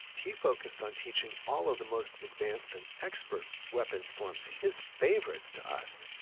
he focused on teaching all of the most advanced and expert weapons forms, his favorites, to us.